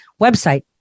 website